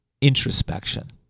introspection